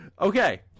Okay